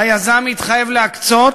היזם יתחייב להקצות